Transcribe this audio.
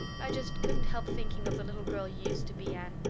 i just couldn't help thinking of the little girl you used to be, anne.